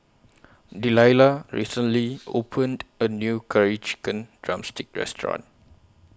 Delilah recently opened A New Curry Chicken Drumstick Restaurant